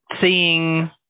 seeing